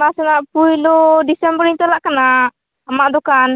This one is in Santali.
ᱢᱟᱥ ᱨᱮᱱᱟᱜ ᱯᱩᱭᱞᱳ ᱰᱤᱥᱮᱢᱵᱚᱨᱤᱧ ᱪᱟᱞᱟᱜ ᱠᱟᱱᱟ ᱟᱢᱟᱜ ᱫᱚᱠᱟᱱ